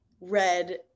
red